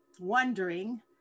wondering